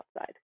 outside